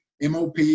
MOP